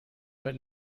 but